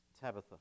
Tabitha